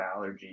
allergies